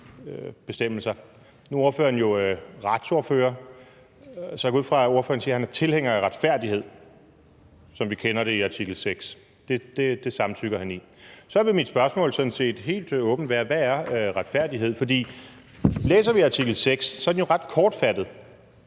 bestemmelser. Nu er ordføreren jo retsordfører, så jeg går ud fra, at ordføreren siger, at han er tilhænger af retfærdighed, som vi kender det i artikel 6 – det samtykker han i. Så vil mit spørgsmål sådan set helt åbent være: Hvad er retfærdighed? For læser vi artikel 6, kan vi se, at den jo er ret kortfattet.